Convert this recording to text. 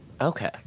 Okay